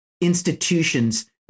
institutions